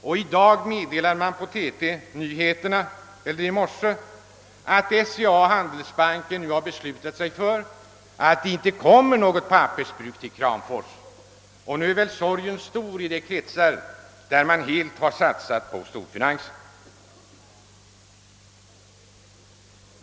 I morse meddelades också i radionyheterna att det inte blir något nytt pappersbruk i Kramfors, och sorgen torde vara stor i de kretsar där man helt har satsat på storfinansen.